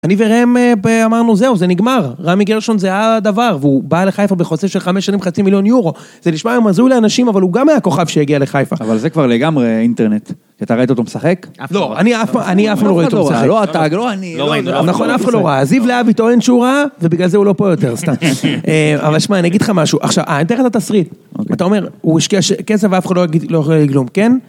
אני וראם אמרנו זהו זה נגמר, רמי גרשון זה הדבר. והוא בא לחיפה בחוזה של חמש שנים חצי מיליון יורו זה נשמע היום הזוי לאנשים אבל הוא גם היה כוכב שהגיע לחיפה. אבל זה כבר לגמרי אינטרנט, כי אתה ראית אותו משחק? לא, אני אף פעם לא ראיתי אותו משחק, לא אתה, לא אני נכון אף אחד לא ראה, זיו להבי טוען שהוא ראה ובגלל זה הוא לא פה יותר סתם. אבל שמע אני אגיד לך משהו, עכשיו אני אתן לך את התסריט אתה אומר, הוא השקיע כסף ואף אחד לא יכול להגיד כלום, כן?